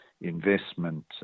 investment